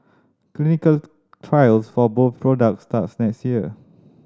clinical trials for both products starts next year